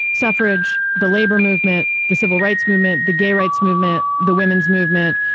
suffrage, the labor movement, the civil rights movement, the gay rights movement, the women's movement.